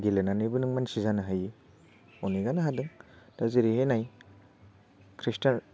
गेलेनानैबो नों मानसि जानो हायो अनेकआनो हादों दा जेरैहाय नाय खृष्टार